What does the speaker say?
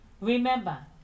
Remember